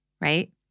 right